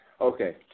Okay